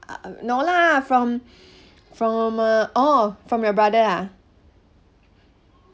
no lah from from uh orh from your brother ah